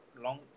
long